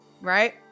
Right